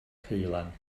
ceulan